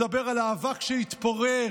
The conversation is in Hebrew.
מדבר על האבק שהתפורר.